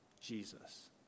Jesus